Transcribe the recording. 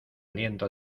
aliento